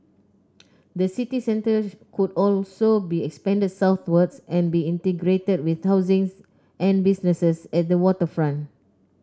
the city centre could also be extended southwards and be integrated with housing and businesses at the waterfront